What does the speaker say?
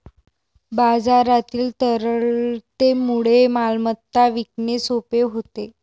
बाजारातील तरलतेमुळे मालमत्ता विकणे सोपे होते